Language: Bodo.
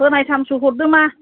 फोनायथामसो हरदो मा